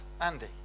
Andy